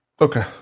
Okay